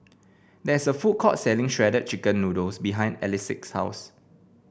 there is a food court selling Shredded Chicken Noodles behind Elick's house